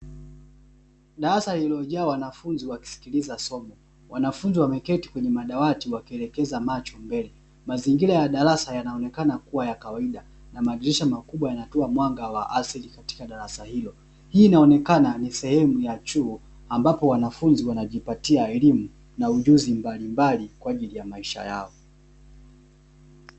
Darasa lililojaa wanafunzi wakisikiliza somo .wanafunzi wameketi kwenye madawati wakielekeza macho yao mbele, mazingira ya darasa yanaonekana kuwa ya kawaida na madirisha makubwa yanayotoa mwanga wa asili katika darasa hilo .hii inaonekana ni sehemu ya chuo ambapo wanafunzi wanajipatia elimu na ujuzi mbalimbali kwaajili ya maisha yao .